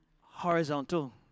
horizontal